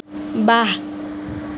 ৱাহ